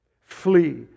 Flee